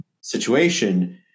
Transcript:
situation